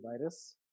virus